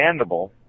expandable